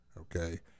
Okay